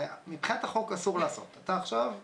הרי מבחינת החוק אסור לעשות ואתה עכשיו עבריין,